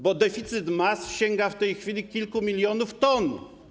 Bo deficyt sięga w tej chwili kilku milionów ton.